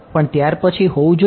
પણ ત્યાર પછી હોવું જોઈએ